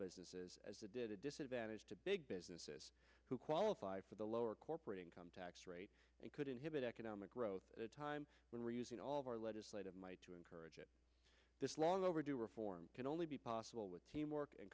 businesses as it did a that is to big businesses who qualify for the lower corporate income tax rate they could inhibit economic growth at a time when we're using all of our legislative might to encourage it this long overdue reform can only be possible with teamwork and